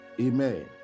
Amen